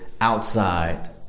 outside